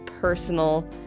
personal